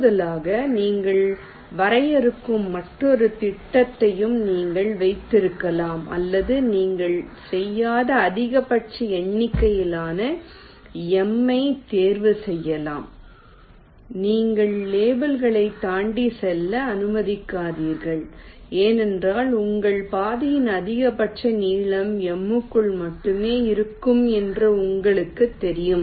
கூடுதலாக நீங்கள் வரையறுக்கும் மற்றொரு திட்டத்தையும் நீங்கள் வைத்திருக்கலாம் அல்லது நீங்கள் செய்யாத அதிகபட்ச எண்ணிக்கையிலான m ஐத் தேர்வுசெய்யலாம் உங்கள் லேபிளைத் தாண்டி செல்ல அனுமதிக்காதீர்கள் ஏனென்றால் உங்கள் பாதையின் அதிகபட்ச நீளம் m க்குள் மட்டுமே இருக்கும் என்று உங்களுக்குத் தெரியும்